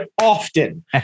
often